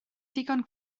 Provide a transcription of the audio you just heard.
ddigon